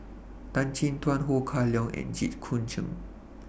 Tan Chin Tuan Ho Kah Leong and Jit Koon Ch'ng